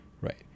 right